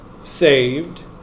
saved